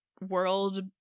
world